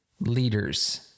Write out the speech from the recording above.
leaders